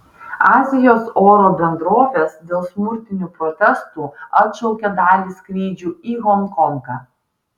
azijos oro bendrovės dėl smurtinių protestų atšaukė dalį skrydžių į honkongą